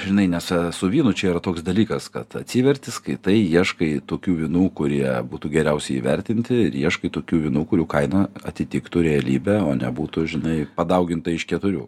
žinai nes su vynu čia yra toks dalykas kad atsiverti skaitai ieškai tokių vynų kurie būtų geriausiai įvertinti ir ieškai tokių vynų kurių kaina atitiktų realybę o nebūtų žinai padauginta iš keturių